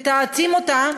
מטאטאים אותה